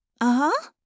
Uh-huh